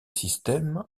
systèmes